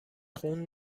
خون